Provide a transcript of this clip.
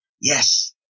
Yes